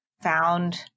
found